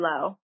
low